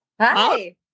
Hi